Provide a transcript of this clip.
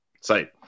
site